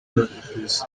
lopez